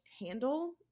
handle